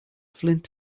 flint